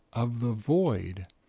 of the void.